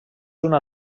una